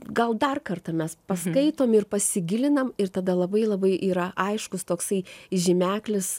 gal dar kartą mes paskaitom ir pasigilinam ir tada labai labai yra aiškus toksai žymeklis